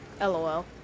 LOL